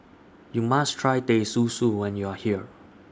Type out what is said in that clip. YOU must Try Teh Susu when YOU Are here